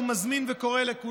הכותל קורא ומזמין לכולם.